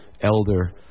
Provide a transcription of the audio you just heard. elder